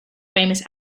famous